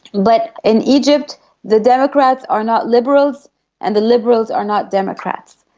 but in egypt the democrats are not liberals and the liberals are not democrats.